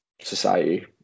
society